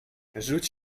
rzuć